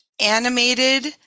animated